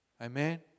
Amen